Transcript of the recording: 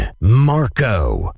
Marco